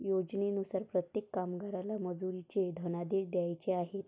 योजनेनुसार प्रत्येक कामगाराला मजुरीचे धनादेश द्यायचे आहेत